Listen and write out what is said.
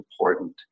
important